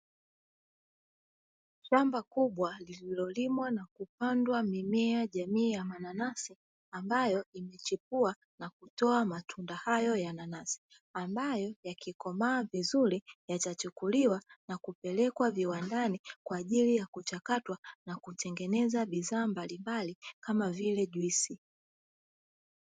Shamba kubwa lililolimwa na kupandwa mimea jamii ya mananasi ambayo imechipua na kutoa matunda hayo ya nanasi ambayo yakikomaa vizuri yatachukuliwa na kupelekwa viwandani kwa ajili ya kuchakatwa na kutengeneza bidhaa mbalimbali kama vile juisi.